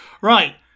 Right